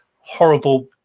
horrible